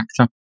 actor